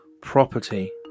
property